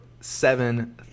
Seven